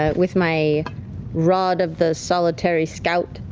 ah with my rod of the solitary scout,